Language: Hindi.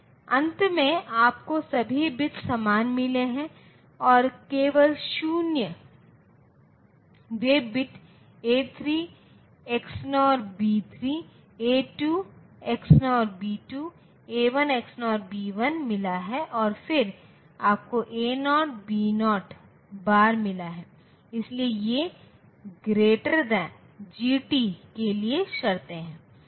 अंत में आपको सभी बिट्स समान मिले है और केवल शून्य वें bit A 3 XNOR B 3 A 2 XNOR B 2 A 1 XNOR B 1 मिला है और फिर आपको ए 0 बी 0 बार मिला है इसलिए ये जीटी के लिए शर्तें हैं